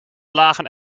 lagen